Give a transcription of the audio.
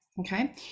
okay